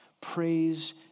praise